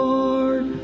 Lord